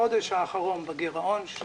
החודש האחרון בגירעון.